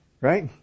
Right